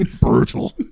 Brutal